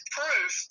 proof